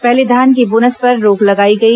पहले धान के बोनस पर रोक लगाई गई